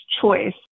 choice